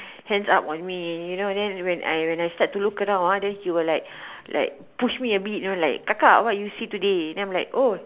hands up on me you know then when I when I start to look around uh then he will like like push me a bit like kakak what you see today then I'm like oh